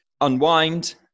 unwind